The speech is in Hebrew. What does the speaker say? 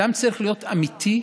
אדם צריך להיות אמיתי,